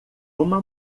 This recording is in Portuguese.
uma